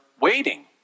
waiting